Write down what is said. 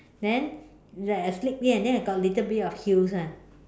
then like a slip in then got a little bit of heels [one]